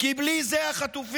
כי בלי זה החטופים